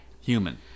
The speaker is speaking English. human